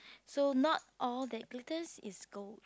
so not all the applicant is gold